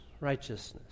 righteousness